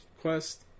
quest